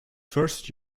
first